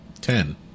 Ten